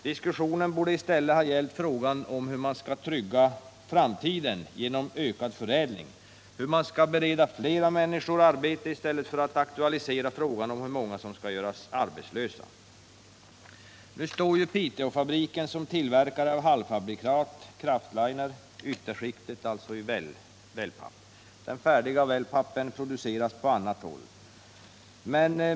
Diskussionen borde i stället ha gällt frågan hur man skall kunna trygga framtiden genom ökad förädling, hur man skall kunna bereda flera människor arbete i stället för att aktualisera frågan hur många som skall göras arbetslösa, Nu står Piteåfabriken som tillverkare av halvfabrikat, kraftliner — alltså ytterskiktet i wellpapp — men den färdiga wellpappen produceras på annat håll.